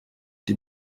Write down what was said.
die